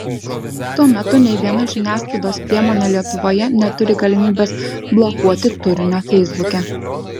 tuo metu nei viena žiniasklaidos priemonė lietuvoje neturi galimybės blokuoti turinio feisbuke